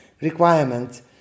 requirement